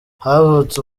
havutse